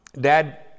Dad